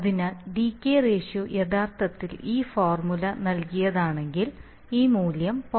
അതിനാൽ decay ratio യഥാർത്ഥത്തിൽ ഈ ഫോർമുല നൽകിയതാണെങ്കിൽ ഈ മൂല്യം 0